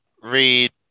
read